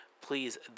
Please